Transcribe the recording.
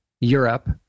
Europe